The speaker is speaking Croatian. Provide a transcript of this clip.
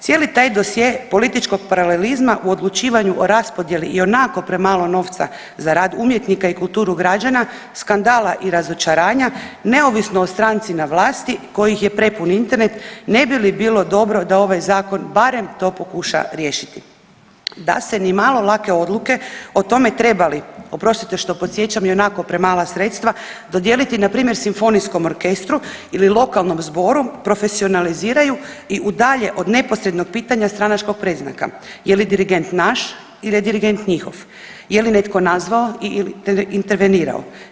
Cijeli taj dosje političkog paralelizma o odlučivanju o raspodjeli ionako premalo novca za rad umjetnika i kulturu građana, skandala i razočaranja neovisno o stranici na vlasti kojih je prepun Internet ne bi li bilo dobro da ovaj zakon barem to pokuša riješiti da se nimalo odluke o tome treba li, oprostite što podsjećam ionako premala sredstva dodijeliti npr. simfonijskom orkestru ili lokalnom zboru, profesionaliziraju i udalje od neposrednog pitanja stranačkog predznaka je li dirigent naš ili je dirigent njihov, je li netko nazvao i intervenirao.